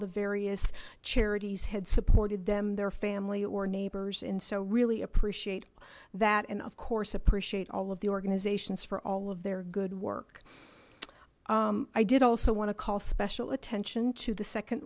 the various charities had supported them their family or neighbors in so really appreciate that and of course appreciate all of the organizations for all of their good work i did also want to call special attention to the second